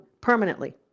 permanently